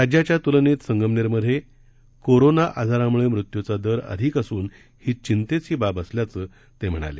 राज्याच्या तुलनेत संगमनेरमध्ये कोरोना आजारामुळे मृत्युचा दर अधिक असून ही चिंतेची बाब असल्याचं ते म्हणाले